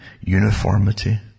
uniformity